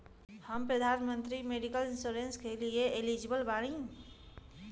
हम प्रधानमंत्री medical insurance के लिए एलिजिबल बानी?